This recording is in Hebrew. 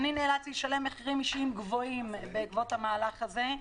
אני נאלצתי לשלם מחירים אישיים גבוהים בעקבות המהלך הזה.